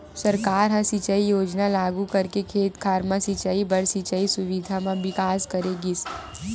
सरकार ह सिंचई योजना लागू करके खेत खार म सिंचई बर सिंचई सुबिधा म बिकास करे गिस